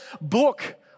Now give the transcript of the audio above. book